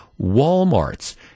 Walmarts